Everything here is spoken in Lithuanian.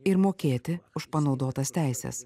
ir mokėti už panaudotas teises